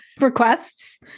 requests